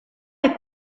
est